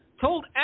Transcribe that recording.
told